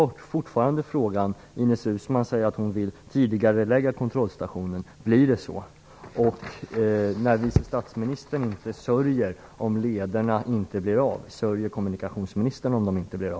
Ines Uusmann säger att hon vill tidigarelägga kontrollstationen, och då är frågan fortfarande: Blir det så? Vice statsministern kommer inte att sörja om lederna inte byggs. Kommer kommunikationsministern att sörja?